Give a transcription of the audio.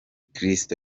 kristo